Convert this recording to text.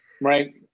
Right